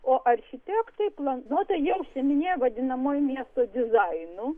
o architektai pla nu tai jie užsiiminėja vadinamuoju miesto dizainu